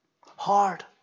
Hard